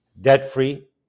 Debt-free